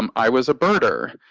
um i was a birder.